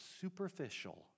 superficial